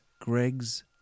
Greg's